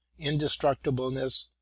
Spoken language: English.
indestructibleness